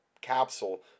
capsule